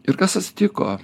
ir kas asitiko